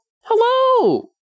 Hello